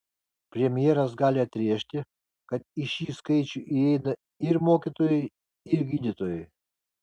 premjeras gali atrėžti kad į šį skaičių įeina ir mokytojai ir gydytojai